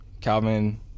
Calvin